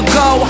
go